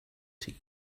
tea